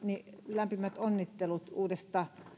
lämpimät onnittelut uudesta